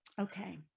okay